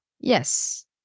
Yes